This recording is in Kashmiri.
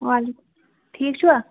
وعلے ٹھیٖک چھُوا